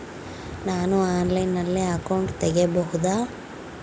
ನಾನು ಆನ್ಲೈನಲ್ಲಿ ಅಕೌಂಟ್ ತೆಗಿಬಹುದಾ?